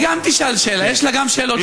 היא גם תשאל שאלה, יש לה גם שאלות שלה.